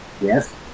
yes